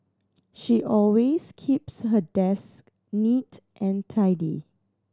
she always keeps her desk neat and tidy